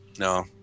No